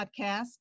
podcast